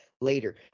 later